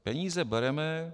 Peníze bereme